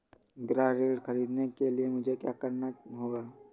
गृह ऋण ख़रीदने के लिए मुझे क्या करना होगा?